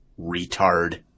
retard